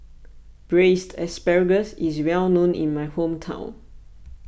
Braised Asparagus is well known in my hometown